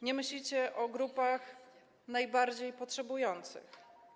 Nie myślicie o grupach najbardziej potrzebujących.